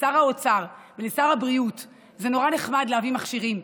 לשר האוצר ולשר הבריאות: זה נורא נחמד להביא מכשירים,